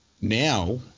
now